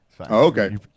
Okay